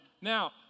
Now